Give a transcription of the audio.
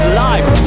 life